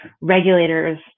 regulators